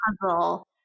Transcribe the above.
puzzle